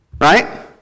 Right